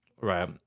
Right